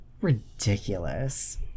Ridiculous